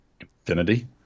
Infinity